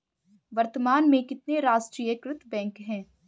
वर्तमान में कितने राष्ट्रीयकृत बैंक है?